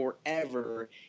forever